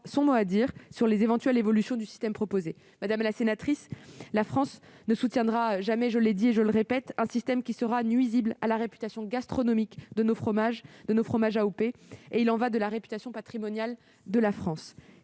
son mot à dire sur les éventuelles évolutions du système proposé. Madame la sénatrice, la France ne soutiendra jamais, je l'ai dit et je le répète, un système susceptible de nuire à la réputation de sa gastronomie, en particulier de ses fromages sous AOP. Il y va de la réputation patrimoniale de la France.